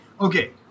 Okay